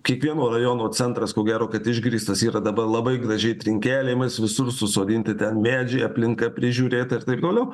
kiekvieno rajono centras ko gero kad išgrįstas yra dabar labai gražiai trinkelėmis visur susodinti ten medžiai aplinka prižiūrėta ir taip toliau